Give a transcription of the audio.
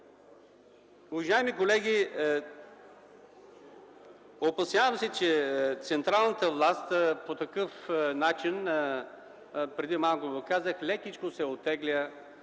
Уважаеми колеги, опасявам се, че централната власт по такъв начин, преди малко го казах, лекичко се оттегля